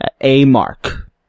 A-mark